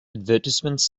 advertisements